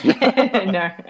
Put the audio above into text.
No